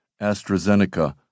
AstraZeneca